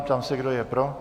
Ptám se, kdo je pro.